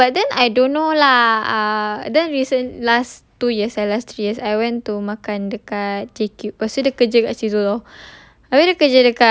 ya and then but I don't know lah err then recent last two years last three years I went to makan dekat J cube lepas tu dia kerja kat situ